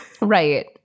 Right